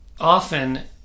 Often